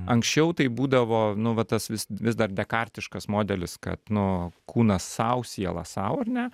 anksčiau tai būdavo nu va tas vis vis dar dekartiškas modelis kad nu kūnas sau siela sau ar ne